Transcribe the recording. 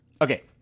Okay